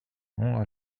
nom